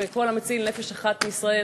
וכל המציל נפש אחת מישראל